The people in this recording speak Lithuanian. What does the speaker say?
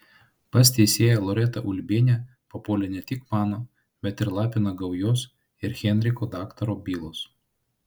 pas teisėją loretą ulbienę papuolė ne tik mano bet ir lapino gaujos ir henriko daktaro bylos